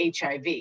HIV